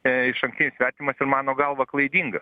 išankstinis vertinimas ir mano galva klaidingas